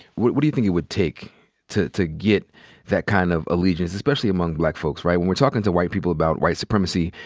what do you think it would take to to get that kind of allegiance, especially among black folks, right? when we're talking to white people about white supremacy,